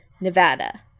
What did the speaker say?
Nevada